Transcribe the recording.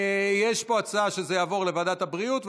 יש פה הצבעה שזה יעבור לוועדת הבריאות,